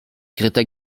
greta